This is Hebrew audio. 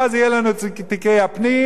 ואז יהיו לנו תיקי הפנים,